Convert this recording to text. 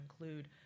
include